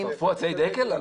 ששרפו עצי דקל?